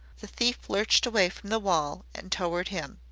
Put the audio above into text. the thief lurched away from the wall and toward him.